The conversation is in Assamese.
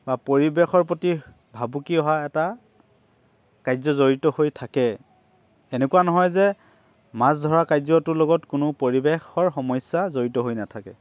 বা পৰিৱেশৰ প্ৰতি ভাবুকি অহা এটা কাৰ্য জড়িত হৈ থাকে এনেকুৱা নহয় যে মাছ ধৰা কাৰ্যটোৰ লগত কোনো পৰিৱেশৰ সমস্যা জড়িত হৈ নাথাকে